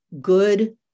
good